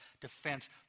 defense